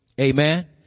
Amen